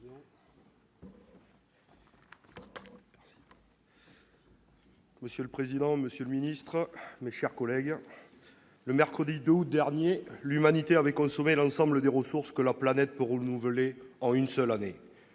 Monsieur le président, monsieur le ministre d'État, mes chers collègues, le mercredi 2 août dernier, l'Humanité avait consommé l'ensemble des ressources que la planète peut renouveler en une année.